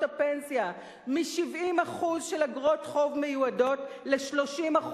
הפנסיה מ-70% של איגרות חוב מיועדות ל-30%,